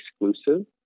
exclusive